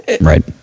Right